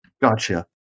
Gotcha